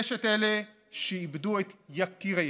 יש את אלה שאיבדו את יקיריהם,